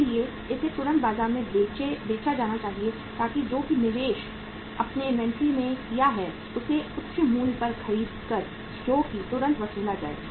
इसलिए इसे तुरंत बाजार में बेचा जाना चाहिए ताकि जो भी निवेश आपने इन्वेंट्री में किया है उसे उच्च मूल्य पर खरीदकर जो कि तुरंत वसूला जाए